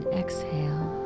exhale